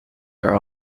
are